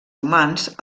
humans